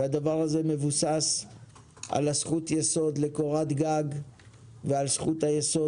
והדבר הזה מבוסס על הזכות יסוד לקורת גג ועל זכות היסוד